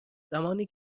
زمانی